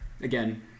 again